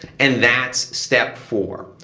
and that's step four.